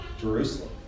Jerusalem